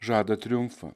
žada triumfą